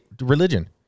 Religion